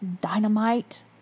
Dynamite